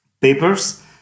papers